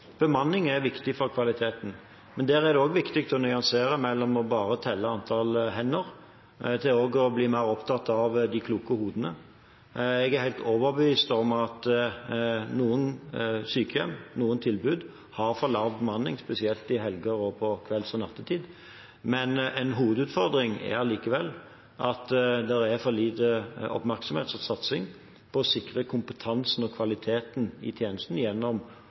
Bemanning er viktig for kvaliteten, men der er det også viktig å nyansere – fra bare å telle antall hender til også å bli mer opptatt av de kloke hodene. Jeg er helt overbevist om at noen sykehjem, noen tilbud, har for lav bemanning, spesielt i helger og på kvelds- og nattetid. Men en hovedutfordring er allikevel at det er for lite oppmerksomhet og satsing på å sikre kompetansen og kvaliteten i tjenesten gjennom